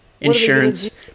Insurance